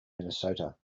minnesota